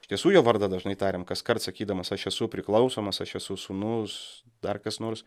iš tiesų jo vardą dažnai tariam kaskart sakydamas aš esu priklausomas aš esu sūnus dar kas nors